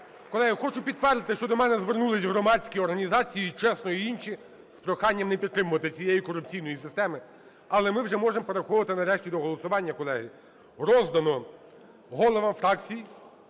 Колеги, хочу підтвердити, що до мене звернулись громадські організації, і "ЧЕСНО", і інші, з проханням не підтримувати цієї корупційної системи. Але ми вже можемо переходити, нарешті, до голосування, колеги. Роздано головам фракцій,